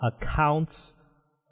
accounts